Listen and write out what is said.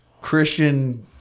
Christian